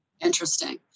Interesting